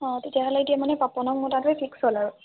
অঁ তেতিয়াহ'লে এতিয়া মানে পাপনক মতাটোৱে ফিক্স হ'ল আৰু